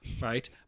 right